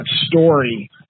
story